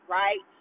right